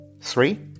Three